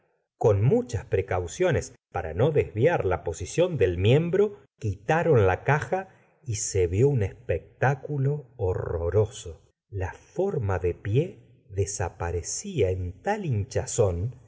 con muchas precaucione s para no desviar laposición del miembro quitaron la ca ja y se vió un espectáculo ho'rroroso la forma del pie desaparecía en tal hinchazón